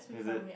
is it